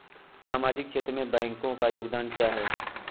सामाजिक क्षेत्र में बैंकों का योगदान क्या है?